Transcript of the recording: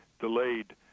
delayed